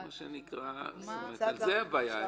זאת הבעיה.